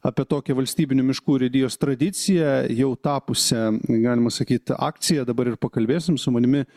apie tokią valstybinių miškų urėdijos tradiciją jau tapusią galima sakyt akciją dabar ir pakalbėsim su manimi